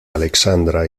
alexandra